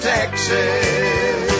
Texas